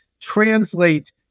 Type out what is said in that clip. translate